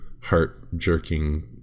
heart-jerking